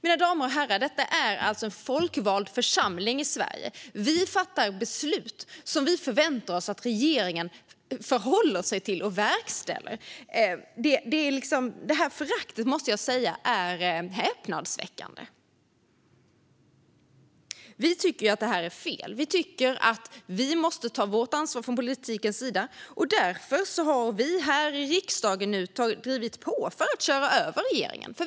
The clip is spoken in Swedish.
Mina damer och herrar! Detta är en folkvald församling i Sverige. Vi fattar beslut som vi förväntar oss att regeringen förhåller sig till och verkställer. Jag måste säga att detta förakt är häpnadsväckande. Vi tycker att det här är fel. Vi tycker att vi måste ta vårt ansvar från politikens sida. Därför har vi här i riksdagen nu drivit på för att köra över regeringen.